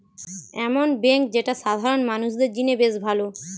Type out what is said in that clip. এমন বেঙ্ক যেটা সাধারণ মানুষদের জিনে বেশ ভালো